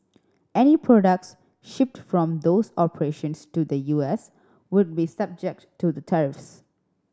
any products shipped from those operations to the U S would be subject to the tariffs